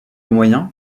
moyen